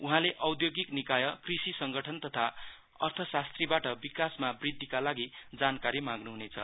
उहाँले औधोगिक निकामकृषक संगठन तथा अर्थरास्त्रिबाट विकासमा वृद्धिका लागि जानकारी मागनु हुनेछ